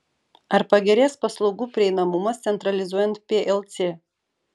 ar pagerės paslaugų prieinamumas centralizuojant plc